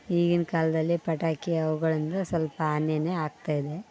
ಈಗಿನ ಕಾಲದಲ್ಲಿ ಪಟಾಕಿ ಅವುಗಳು ಅಂದ್ರೆ ಸ್ವಲ್ಪ ಹಾನಿನೇ ಆಗ್ತಾಯಿದೆ